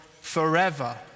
forever